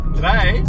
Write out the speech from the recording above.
Today